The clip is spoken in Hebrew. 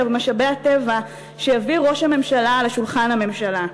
ומשאבי הטבע שהביא ראש הממשלה לשולחן הממשלה,